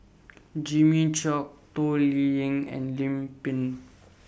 Jimmy Chok Toh Liying and Lim Pin